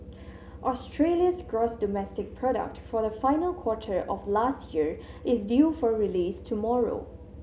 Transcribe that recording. Australia's gross domestic product for the final quarter of last year is due for release tomorrow